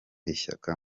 ishyaka